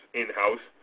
in-house